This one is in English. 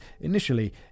initially